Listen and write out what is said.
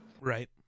Right